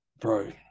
bro